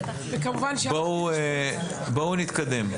בואו נתקדם.